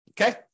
Okay